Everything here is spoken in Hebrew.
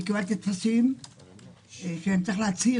אני קיבלתי טפסים בהם אני צריך להצהיר